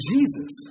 Jesus